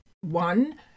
One